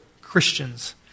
Christians